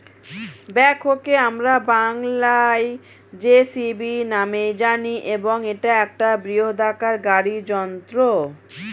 ব্যাকহোকে আমরা বংলায় জে.সি.বি নামেই জানি এবং এটা একটা বৃহদাকার গাড়ি যন্ত্র